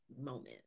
moment